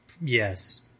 yes